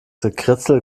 gekritzel